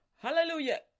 Hallelujah